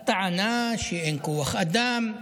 הטענה, שאין כוח אדם.